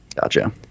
Gotcha